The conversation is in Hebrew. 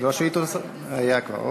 היה כבר.